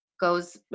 goes